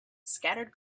scattered